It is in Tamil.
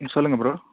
சொல்லுங்க ப்ரோ